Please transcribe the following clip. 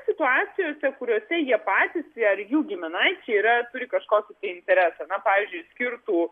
situacijose kuriose jie patys ar jų giminaičiai yra turi kažkokį interesą na pavyzdžiui skirtų